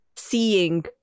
seeing